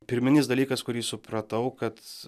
pirminis dalykas kurį supratau kad